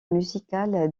musicale